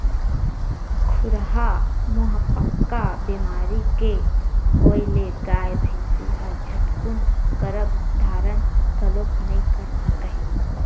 खुरहा मुहंपका बेमारी के होय ले गाय, भइसी ह झटकून गरभ धारन घलोक नइ कर सकय